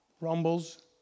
rumbles